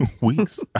weeks